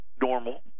normal